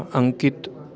अङ्कितः